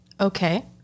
Okay